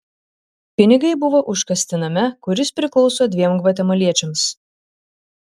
pinigai buvo užkasti name kuris priklauso dviem gvatemaliečiams